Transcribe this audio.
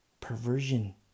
Perversion